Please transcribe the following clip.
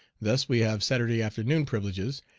thus we have saturday afternoon privileges,